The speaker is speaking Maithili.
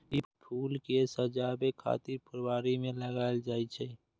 ई फूल कें सजाबै खातिर फुलबाड़ी मे लगाएल जाइ छै